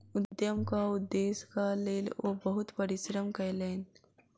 उद्यमक उदेश्यक लेल ओ बहुत परिश्रम कयलैन